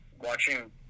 watching